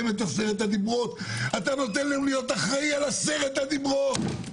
את עשרת הדיברות אתה נותן להם להיות אחראי על עשרות הדיברות?